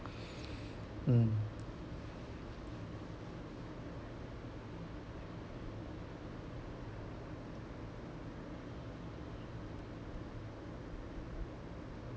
mm